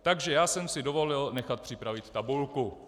Takže já jsem si dovolil nechat připravit tabulku.